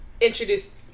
introduce